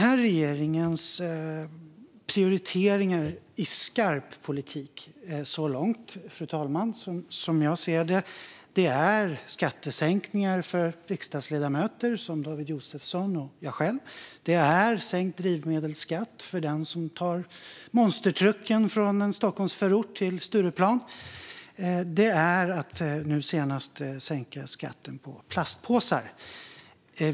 Denna regerings prioriteringar i skarp politik så här långt är som jag ser det skattesänkningar för riksdagsledamöter som David Josefsson och jag själv, sänkt drivmedelsskatt för den som tar monstertrucken från en Stockholmsförort till Stureplan och, senast, sänkt skatt på plastpåsar.